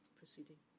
proceeding